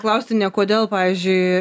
klausti ne kodėl pavyzdžiui